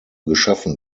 geschaffen